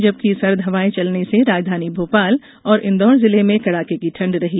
जबकि सर्द हवाए चलने से राजधानी भोपाल और इंदौर जिले में कड़ाके की ठंड रही